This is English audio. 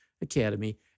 Academy